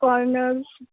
corners